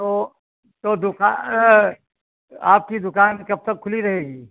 तो तो दुका आपकी दुकान कब तक खुली रहेगी